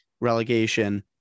relegation